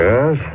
Yes